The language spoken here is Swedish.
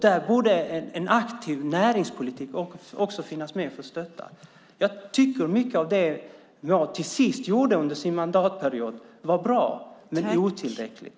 Där borde en aktiv näringspolitik också finnas med för att stötta. Jag tycker att mycket av det Maud till sist gjorde under sin mandatperiod var bra, men otillräckligt.